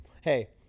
Hey